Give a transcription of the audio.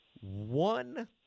one